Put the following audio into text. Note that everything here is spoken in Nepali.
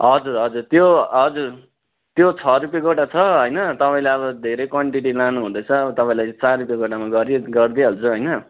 हजुर हजुर त्यो हजुर त्यो छ रुपियाँ गोटा छ हैन तपाईँले अब धेरै क्वान्टिटी लानु हुँदैछ तपाईँलाई चार रुपियाँ गोटामा गरी गरिदिहाल्छु हैन